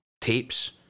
tapes